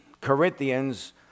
Corinthians